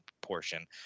portion